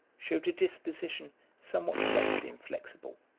showed a disposition somewhat less inflexible.